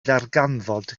ddarganfod